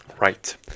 right